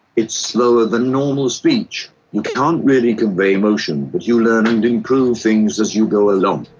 it's slower than normal speech. you can't really convey emotion, but you learn and improve things as you go along.